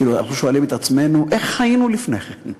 אנחנו שואלים את עצמנו, איך חיינו לפני כן?